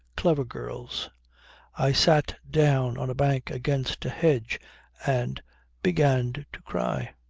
clever girls i sat down on a bank against a hedge and began to cry.